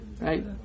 right